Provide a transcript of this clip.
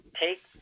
take